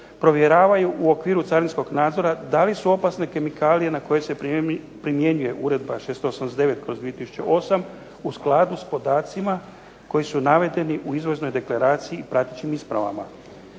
provjeravaju u okviru carinskog nadzora da li su opasne kemikalije na koje se primjenjuje Uredba 689/2008. u skladu s podacima koji su navedeni u Izvoznoj deklaraciji i pratećim ispravama.